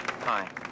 Hi